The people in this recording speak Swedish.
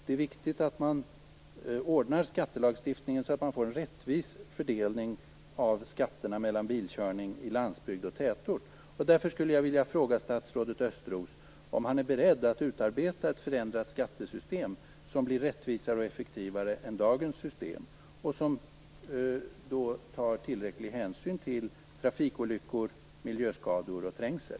Det är viktigt att man ordnar skattelagstiftningen så att man får en rättvis fördelning av skatterna mellan bilkörning i landsbygd och tätort. Därför skulle jag vilja fråga statsrådet Östros om han är beredd att utarbeta ett förslag till ett förändrat skattesystem som blir rättvisare och effektivare än dagens system och där tillräcklig hänsyn tas till trafikolyckor, miljöskador och trängsel.